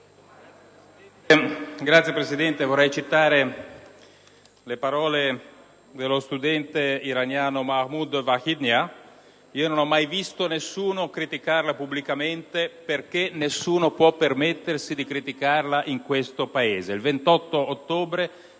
Signor Presidente, vorrei citare le parole dello studente iraniano Mahmoud Vahidnia: «Io non ho mai visto nessuno criticarla pubblicamente. Perché nessuno può permettersi di criticarla in questo Paese?». Lo scorso 28 ottobre